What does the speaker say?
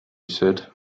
said